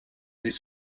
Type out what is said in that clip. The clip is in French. les